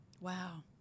wow